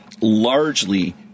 largely